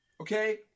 Okay